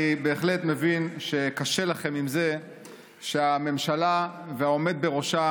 אני בהחלט מבין שקשה לכם עם זה שהממשלה והעומד בראשה